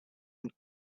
and